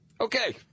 Okay